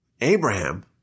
Abraham